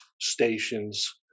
stations